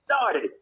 started